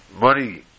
Money